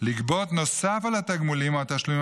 לגבות נוסף על התגמולים או על התשלומים